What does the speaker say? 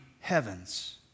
heavens